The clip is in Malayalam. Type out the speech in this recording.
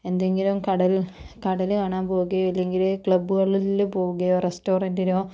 എന്തെങ്കിലും കടൽ കടൽ കാണാൻ പോവുകയോ ഇല്ലെങ്കില് ക്ലബ്ബുകളിൽ പോവുകയോ റെസ്റ്റോറൻറ്റിലോ